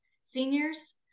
Seniors